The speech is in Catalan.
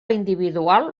individual